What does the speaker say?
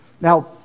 Now